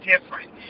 different